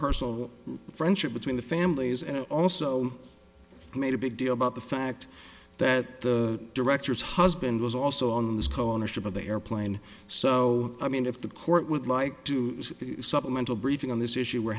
personal friendship between the families and also made a big deal about the fact that the director's husband was also on the co ownership of the airplane so i mean if the court would like to see supplemental briefing on this issue we're